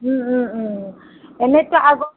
এনেকুৱা আগত